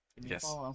yes